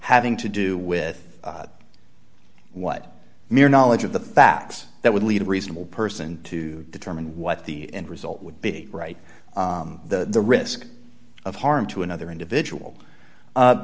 having to do with what mere knowledge of the facts that would lead a reasonable person to determine what the end result would be right the the risk of harm to another individual